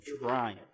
trying